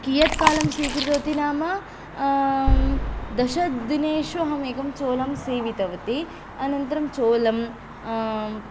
कियत्कालं स्वीकृतवती नाम दशदिनेषु अहं एकं चोलं सीवितवती अनन्तरं चोलं